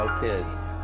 kids.